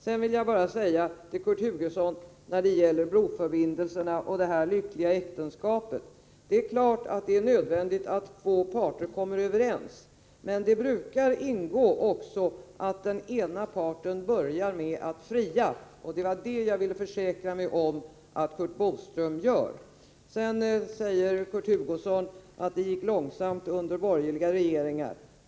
Sedan vill jag bara säga till Kurt Hugosson beträffande broförbindelserna och det lyckliga äktenskapet att det är klart att det är nödvändigt att två parter kommer överens, men det brukar också ingå att den ena parten börjar med att fria. Det var detta jag vill försäkra mig om att Curt Boström gör. Kurt Hugosson sade att det gick långsamt under borgerliga regeringar.